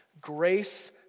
Grace